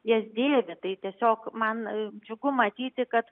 jas dėvi tai tiesiog man džiugu matyti kad